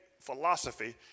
philosophy